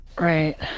Right